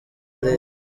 reta